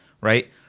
right